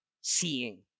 seeing